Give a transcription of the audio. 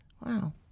Wow